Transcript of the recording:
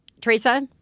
Teresa